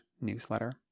newsletter